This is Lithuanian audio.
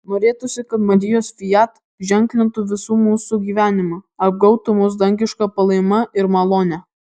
norėtųsi kad marijos fiat ženklintų visų mūsų gyvenimą apgaubtų mus dangiška palaima ir malone